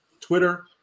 Twitter